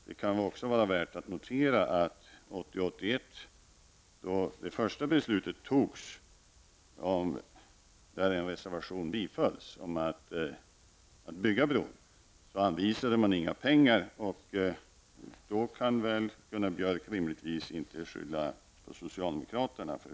Det kan också vara värt att notera att man 1980/81, då det första beslutet fattades och en reservation bifölls om att bron skulle byggas, inte anvisade några pengar. Mot den bakgrunden kan Gunnar Björk rimligtvis inte skylla på socialdemokraterna.